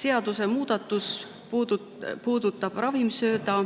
Seadusemuudatus puudutab ravimsööda,